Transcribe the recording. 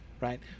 right